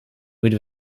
with